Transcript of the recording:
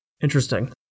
Interesting